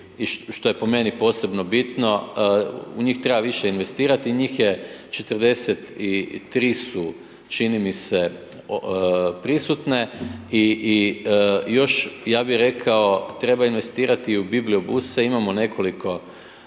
što je po meni posebno bitno, u njih treba više investirati i njih je 43 su čini mi se, prisutne i još, ja bih rekao treba investirati u bibliobuse, imamo nekoliko